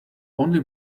only